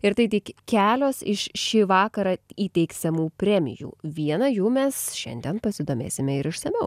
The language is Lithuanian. ir tai tik kelios iš šį vakarą įteiksiamų premijų viena jų mes šiandien pasidomėsime ir išsamiau